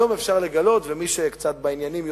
היום אפשר לגלות, ומי שקצת בעניינים יודע,